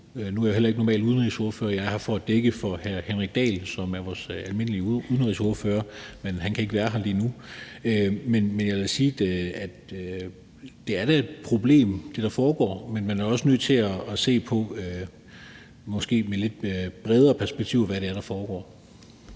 Nu er jeg heller ikke normalt udenrigsordfører, jeg er her for at dække for hr. Henrik Dahl, som er vores sædvanlige udenrigsordfører, men han kan ikke være har lige nu. Jeg vil sige, at det, der foregår, da er et problem, men man er også nødt til med et lidt bredere perspektiv at se på, hvad det er, der foregår.